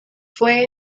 fue